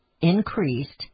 increased